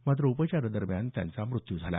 मात्र उपचारादरम्यान त्यांचा मृत्यू झाला